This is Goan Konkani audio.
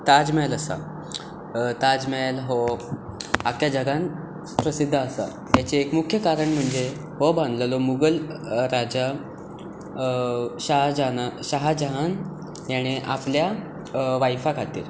ताज महेल आसा ताज महेल हो आख्ख्या जगांत प्रसिध्द आसा हाचें एक मुख्य कारण म्हणजे हो बांदलेलो मुगल राजा शाहा जहानान ताणें आपल्या वायफा खातीर